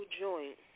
joint